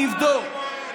תבדוק.